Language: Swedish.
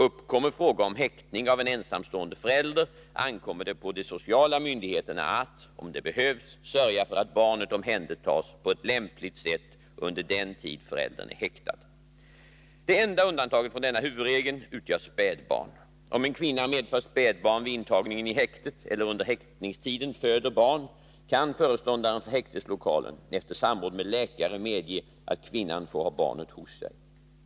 Uppkommer fråga om häktning av en ensamstående förälder, ankommer det på de sociala myndigheterna att, om det behövs, sörja för att barnet omhändertas på ett lämpligt sätt under den tid föräldern är häktad. Det enda undantaget från denna huvudregel utgör spädbarn. Om en kvinna medför spädbarn vid intagningen i häktet eller under häktningstiden föder barn, kan föreståndaren för häkteslokalen efter samråd med läkare medge att kvinnan får ha barnet hos sig.